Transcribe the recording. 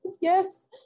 yes